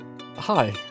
Hi